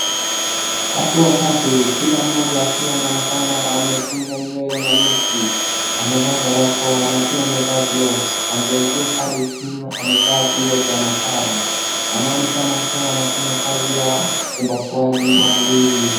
Watu watatu kila mmoja akiwa naonekana amefunga nywele na neti, amevaa barakoa na pia amevaa gloves . Kuanzia juu hadi chini amevaa nguo za maabara. Wanaonekana kuwa wanafanyakazi ya upasuaji wa mwili.